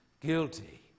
guilty